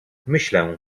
myślę